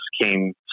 came